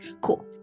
cool